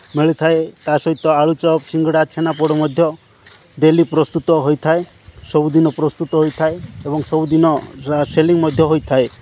ମିଳିଥାଏ ତା'ସହିତ ଆଳୁଚପ୍ ସିଙ୍ଗ୍ଡ଼ା ଛେନାପୋଡ଼ ମଧ୍ୟ ଡେଲି ପ୍ରସ୍ତୁତ ହୋଇଥାଏ ସବୁଦିନ ପ୍ରସ୍ତୁତ ହୋଇଥାଏ ଏବଂ ସବୁଦିନ ସେଲିଂ ମଧ୍ୟ ହୋଇଥାଏ